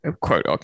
quote